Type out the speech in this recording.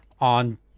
on